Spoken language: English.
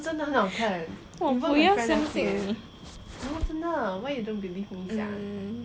我不要相信你 mm